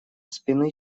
спины